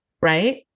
Right